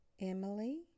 Emily